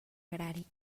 agrari